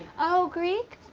oh, greek?